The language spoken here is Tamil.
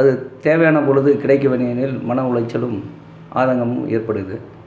அது தேவையான பொழுது கிடைக்கவில்லை எனில் மன உளைச்சலும் ஆதங்கமும் ஏற்படுது